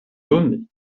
doni